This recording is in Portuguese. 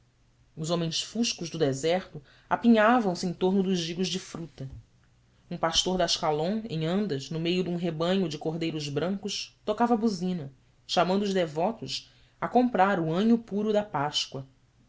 os homens fuscos do deserto apinhavam se em torno dos gigos de fruta um pastor de áscalon em andas no meio de um rebanho de cordeiros brancos tocava buzina chamando os devotos a comprar o anho puro da páscoa